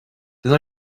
then